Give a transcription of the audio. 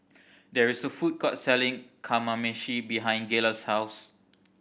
there is a food court selling Kamameshi behind Gayla's house